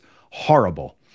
horrible